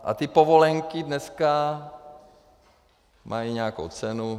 A ty povolenky dneska mají nějakou cenu.